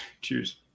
Cheers